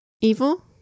Evil